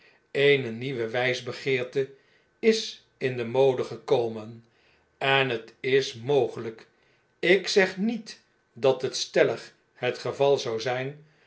eene nieuwe wjjsbegeerte is in de mode gekomen en het is mogelijk ik zeg niet dat het stellig het geval zou zijn